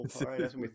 right